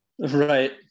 Right